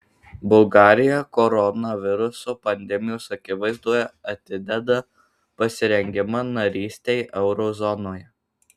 bulgarija koronaviruso pandemijos akivaizdoje atideda pasirengimą narystei euro zonoje